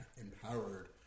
empowered